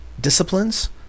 disciplines